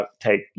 take